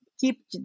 keep